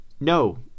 no